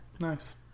Nice